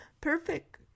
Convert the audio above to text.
Perfect